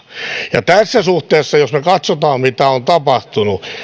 kannattavaa tässä suhteessa jos me katsomme mitä on tapahtunut